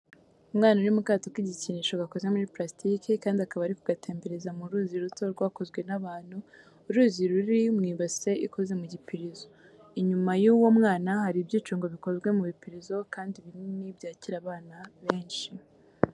Umwana uri mu kato kigikinisho gakoze muri plastike kandi akaba ari kugatembereza mu ruzi ruto rwakozwe nabantu. Uruzi ruri mu ibase ikoze mu gipirizo. Inyuma y'uwo mwana hari ibyicungo bikozwe mu bipirizo kandi binini byakira bana benshi.